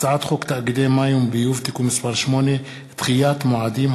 הצעת חוק תאגידי מים וביוב (תיקון מס' 8) (דחיית מועדים),